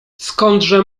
skądże